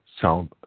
sound